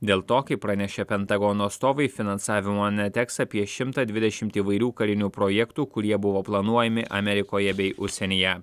dėl to kaip pranešė pentagono atstovai finansavimo neteks apie šimtą dvidešim įvairių karinių projektų kurie buvo planuojami amerikoje bei užsienyje